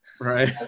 Right